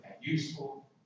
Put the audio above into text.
useful